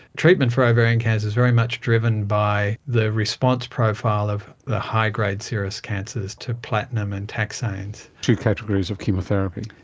treatment for ovarian cancer is very much driven by the response profile of the high-grade serous cancers to platinum and taxanes. two categories of chemotherapy.